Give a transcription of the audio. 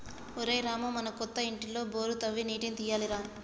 ఒరేయ్ రామూ మన కొత్త ఇంటిలో బోరు తవ్వి నీటిని తీయాలి రా